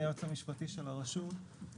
היועץ המשפטי של הרשות לניירות ערך.